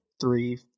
three